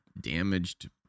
damaged